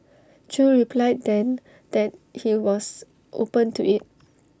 chew replied then that he was open to IT